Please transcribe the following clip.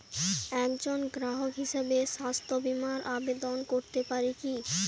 একজন গ্রাহক হিসাবে স্বাস্থ্য বিমার আবেদন করতে পারি কি?